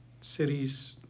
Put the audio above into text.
cities